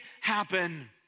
happen